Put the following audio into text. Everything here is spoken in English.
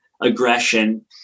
aggression